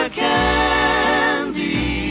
candy